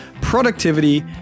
productivity